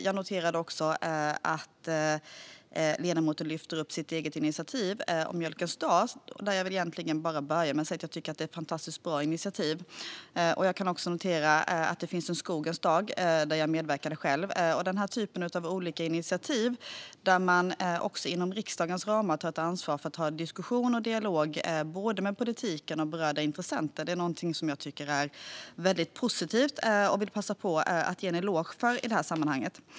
Jag noterade också att han lyfte upp sitt eget initiativ: mjölkens dag. Jag vill egentligen bara börja med att säga att jag tycker att det är ett fantastiskt bra initiativ. Jag kan också nämna att det finns en skogens dag, där jag själv medverkat. Den här typen av initiativ där man också inom riksdagens ramar tar ett ansvar för att ha en diskussion och en dialog med både politiken och berörda intressenter är någonting som jag tycker är väldigt positivt. Jag vill passa på att ge en eloge för det i detta sammanhang.